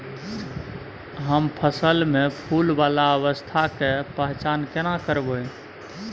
हम फसल में फुल वाला अवस्था के पहचान केना करबै?